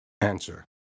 Answer